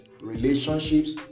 relationships